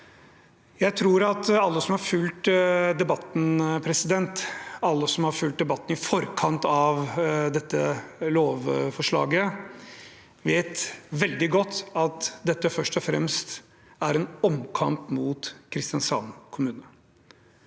Jeg tror at alle som har fulgt debatten i forkant av dette lovforslaget, vet veldig godt at dette først og fremst er en omkamp mot Kristiansand kommune.